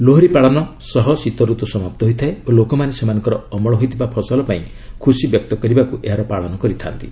ଲୋହରୀ ପାଳନ ସହ ଶୀତଋତ୍ତ୍ ସମାପ୍ତ ହୋଇଥାଏ ଓ ଲୋକମାନେ ସେମାନଙ୍କର ଅମଳ ହୋଇଥିବା ଫସଲ ପାଇଁ ଖୁସିବ୍ୟକ୍ତ କରିବାକୁ ଏହାର ପାଳନ କରିଥାନ୍ତି